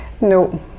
No